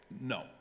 No